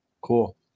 Cool